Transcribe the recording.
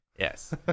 Yes